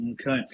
Okay